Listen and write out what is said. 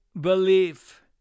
belief